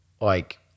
like-